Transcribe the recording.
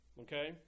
Okay